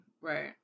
right